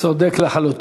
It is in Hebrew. צודק לחלוטין.